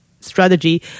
strategy